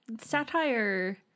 Satire